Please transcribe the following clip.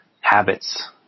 habits